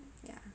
ya